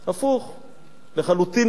לחלוטין לא.